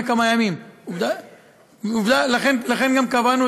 יעלה כאן יואב קיש ויגיד: גפני צדק,